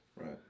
Right